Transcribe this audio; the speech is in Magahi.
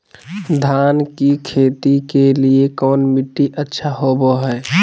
धान की खेती के लिए कौन मिट्टी अच्छा होबो है?